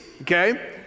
okay